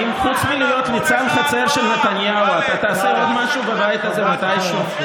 האם חוץ מלהיות ליצן חצר של נתניהו אתה תעשה עוד משהו בבית הזה מתישהו?